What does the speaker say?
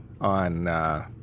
on